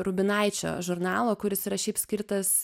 rubinaičio žurnalo kuris yra šiaip skirtas